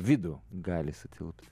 vidų gali sutilpt